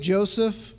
Joseph